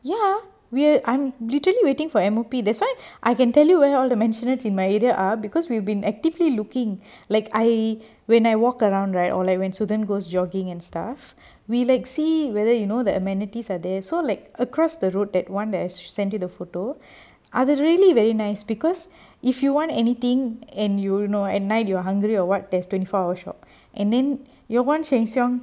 ya weird I'm literally waiting for M_O_P that's why I can tell you when you where all the mansion in my area are because we've been actively looking like I when I walk around right or like when sutan goes jogging and stuff we like see whether you know the amenities are there so like across the road that one that I send the photo are the really very nice because if you want anything and you know at night you're hungry or what there's twenty four hour shop and then your one sheng siong